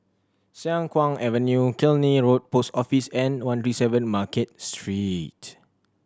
Siang Kuang Avenue Killiney Road Post Office and one three seven Market Street